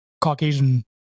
Caucasian